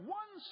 one